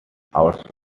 hours